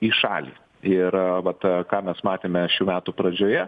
į šalį ir vat ką mes matėme šių metų pradžioje